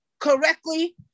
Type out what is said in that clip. correctly